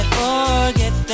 forget